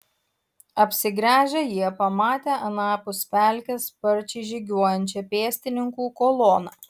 apsigręžę jie pamatė anapus pelkės sparčiai žygiuojančią pėstininkų koloną